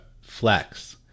Flex